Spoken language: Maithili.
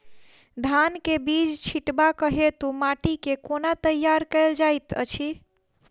धान केँ बीज छिटबाक हेतु माटि केँ कोना तैयार कएल जाइत अछि?